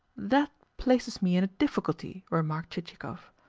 that places me in a difficulty, remarked chichikov.